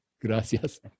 gracias